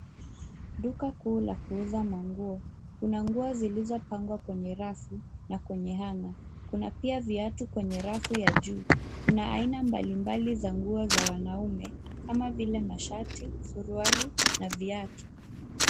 Duka kuu la kuuza manguo. Kuna nguo zilizopangwa kwenye rafu na kwenye hanger .Kuna pia viatu kwenye rafu ya juu. Kuna aina mbalimbali za nguo za wanaume kama vile mashati, suruali na viatu.